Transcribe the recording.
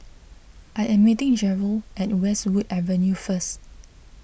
I am meeting Jerold at Westwood Avenue first